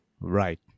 Right